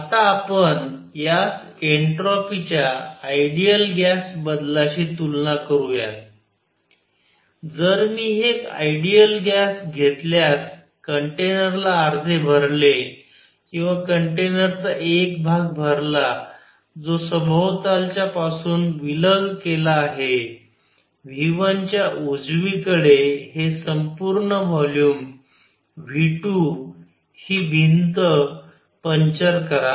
आता आपण यास एन्ट्रोपीच्या आयडियल गॅस बदलाशी तुलना करूया जर मी एक आयडियल गॅस घेतल्यास कंटेनरला अर्धे भरले किंवा कंटेनरचा एक भाग भरला जो सभोवताला पासून विलग केला आहे V1 च्या उजवीकडे हे संपूर्ण व्हॉल्यूम V2 ही भिंत पंचर करा